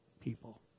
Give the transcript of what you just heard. people